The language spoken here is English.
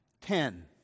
Ten